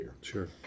Sure